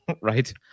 right